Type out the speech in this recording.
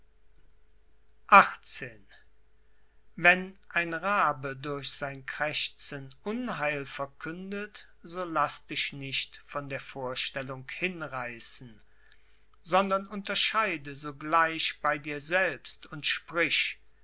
wenn ein rabe durch sein krächzen unheil verkündet so laß dich nicht von der vorstellung hinreißen sondern unterscheide sogleich bei dir selbst und sprich